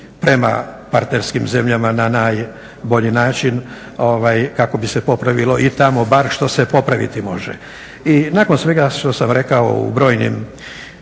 prema partnerskim zemljama na naj bolji način kako bi se popravilo i tamo bar što se popraviti može. I nakon svega što sam rekao u brojnim